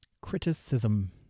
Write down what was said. Criticism